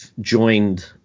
joined